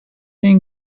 این